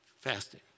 fasting